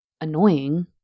annoying